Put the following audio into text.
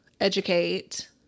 educate